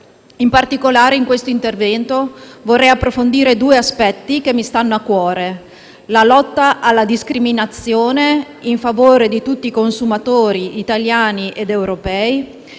In particolare, in questo intervento vorrei approfondire due aspetti che mi stanno a cuore: la lotta alla discriminazione in favore di tutti i consumatori italiani ed europei